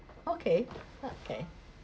okay okay